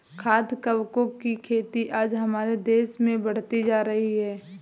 खाद्य कवकों की खेती आज हमारे देश में बढ़ती जा रही है